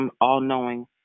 all-knowing